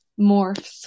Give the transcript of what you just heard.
morphs